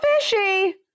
fishy